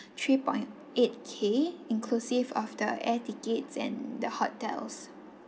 three point eight K inclusive of the air tickets and the hotels